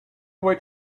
away